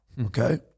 okay